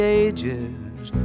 ages